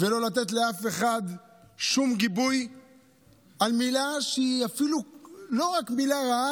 ולא לתת לאף אחד שום גיבוי על מילה שהיא אפילו לא רק מילה רעה,